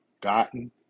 gotten